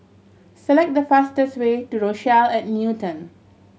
select the fastest way to Rochelle at Newton